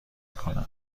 کنم